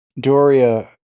Doria